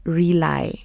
rely